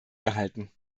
gehalten